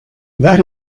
that